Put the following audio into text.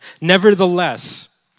Nevertheless